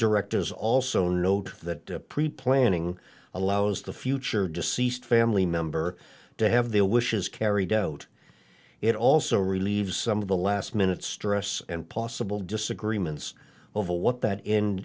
directors also note that pre planning allows the future deceased family member to have their wishes carried out it also relieves some of the last minute stress and possible disagreements over what that